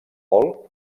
hall